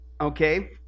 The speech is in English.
Okay